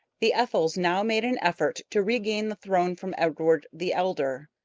the ethels now made an effort to regain the throne from edward the elder.